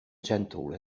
gentle